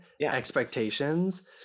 expectations